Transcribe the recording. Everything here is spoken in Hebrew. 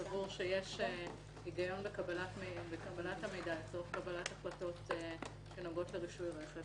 סבור שיש היגיון בקבלת המידע לצורך קבלת החלטות שנוגעות לרישוי רכב,